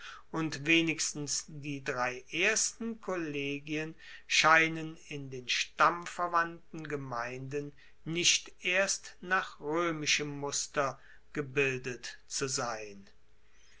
und wenigstens die drei ersten kollegien scheinen in den stammverwandten gemeinden nicht erst nach roemischem muster gebildet zu sein